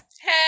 Hey